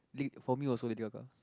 for me also Lady Gaga